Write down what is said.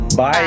Bye